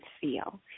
feel